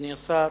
אדוני השר,